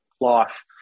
life